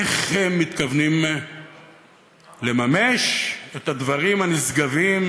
איך הם מתכוונים לממש את הדברים הנשגבים